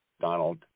Donald